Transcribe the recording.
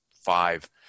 five